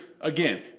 again